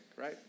right